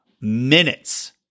minutes